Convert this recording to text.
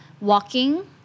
walking